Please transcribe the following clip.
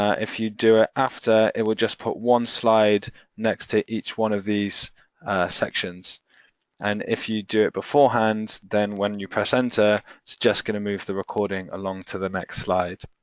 ah if you do it after, it would just put one slide next to each one of these sections and if you do it beforehand, then when you press enter, it's just gonna move the recording along to the next slide.